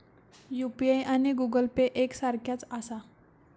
UPI आणि Google Pay एक सारख्याच आसा?